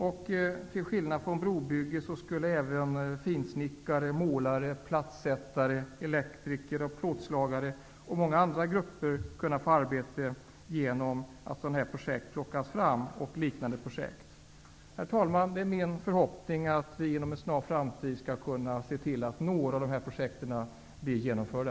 Till skillnad från ett brobygge skulle även finsnickare, målare, plattsättare, elektriker, plåtslagare och många andra grupper kunna få arbete genom att sådana här och liknande projekt tas fram. Herr talman! Det är min förhoppning att vi inom en snar framtid skall kunna se till att några av dessa projekt blir genomförda.